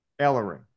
Ellering